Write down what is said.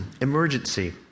emergency